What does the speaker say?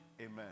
Amen